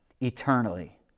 eternally